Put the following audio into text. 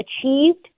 achieved